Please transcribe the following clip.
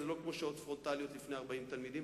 לא כמו שעות פרונטליות בפני 40 תלמידים,